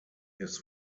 his